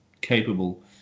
capable